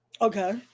Okay